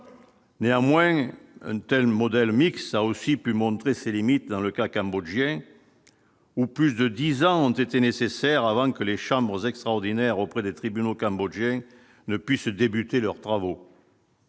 néanmoins une telle modèle Mixa a aussi pu montrer ses limites dans le cas cambodgien où plus de 10 ans ont été nécessaires avant que les chambres extraordinaires auprès des tribunaux cambodgiens ne puisse débuter leurs travaux.